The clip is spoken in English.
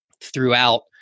throughout